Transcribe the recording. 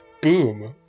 Boom